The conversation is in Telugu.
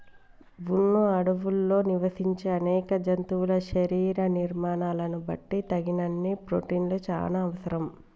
వును అడవుల్లో నివసించే అనేక జంతువుల శరీర నిర్మాణాలను బట్టి తగినన్ని ప్రోటిన్లు చానా అవసరం